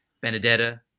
benedetta